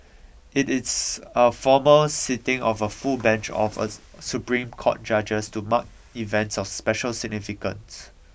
it is a formal sitting of a full bench of a Supreme Court judges to mark events of special significance